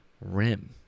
rim